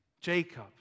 Jacob